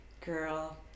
girl